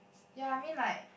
ya I mean like